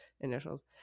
initials